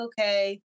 okay